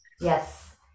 Yes